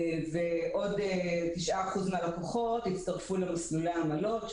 ועוד 9% מהלקוחות הצטרפו למסלולי העמלות,